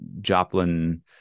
Joplin